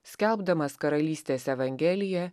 skelbdamas karalystės evangeliją